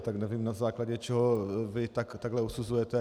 Tak nevím, na základě čeho vy takhle usuzujete.